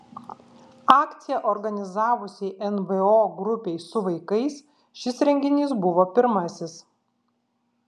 akciją organizavusiai nvo grupei su vaikais šis renginys buvo pirmasis